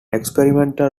experimental